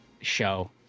show